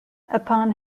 upon